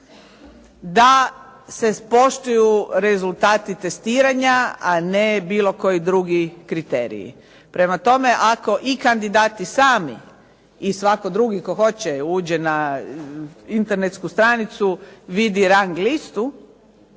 da se poštuju rezultati testiranja a ne bilo koji drugi kriteriji. Prema tome, i ako kandidati sami i svatko tko hoće, uđe na internetsku stranicu i vidi tu rang listu